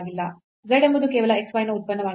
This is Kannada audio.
z ಎಂಬುದು ಕೇವಲ x y ನ ಉತ್ಪನ್ನವಾಗಿದೆ